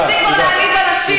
תפסיק כבר להעליב אנשים.